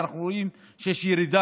ואנחנו רואים שיש כבר